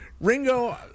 Ringo